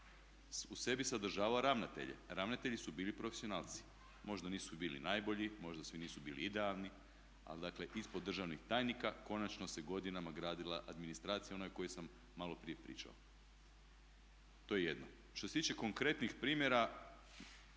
u sebi sadržava ravnatelje. Ravnatelji su bili profesionalci. Možda nisu bili najbolji, možda svi nisu bili idealni ali dakle ispod državnih tajnika konačno se godinama gradila administracija ona o kojoj sam maloprije pričao. To je jedno. Što se tiče konkretnih primjera